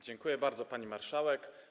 Dziękuję bardzo, pani marszałek.